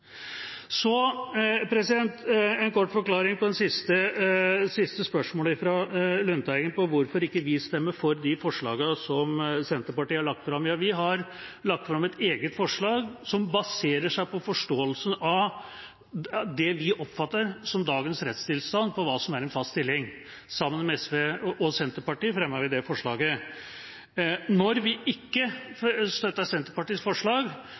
Så en kort forklaring på det siste spørsmålet fra Lundteigen, om hvorfor ikke vi stemmer for de forslagene som Senterpartiet har lagt fram. Vi har lagt fram et eget forslag, som baserer seg på forståelsen av det vi oppfatter som dagens rettstilstand på hva som er en fast stilling. Vi fremmer det forslaget sammen med SV og Senterpartiet. Når vi ikke støtter Senterpartiets forslag, er det på grunn av at det er forslag